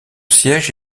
siège